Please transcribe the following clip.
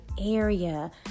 area